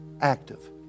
active